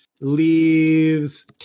leaves